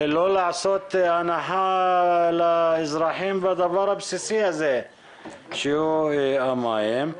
לא לעשות הנחה לאזרחים בדבר הבסיסי הזה שהוא המים.